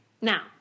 now